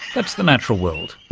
that's the natural world,